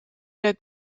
der